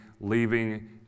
leaving